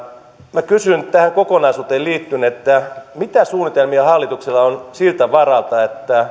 minä kysyn tähän kokonaisuuteen liittyen mitä suunnitelmia hallituksella on siltä varalta